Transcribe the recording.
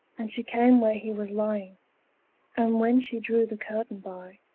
and she cam' where he was lying and when she drew the curtain by,